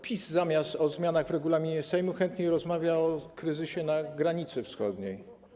PiS zamiast o zmianach w regulaminie Sejmu chętnie rozmawia o kryzysie na granicy wschodniej.